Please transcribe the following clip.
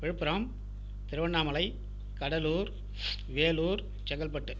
Villupuram Tiruvannamalai Cuddalore Vellore Chengalpattu